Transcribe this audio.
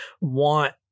want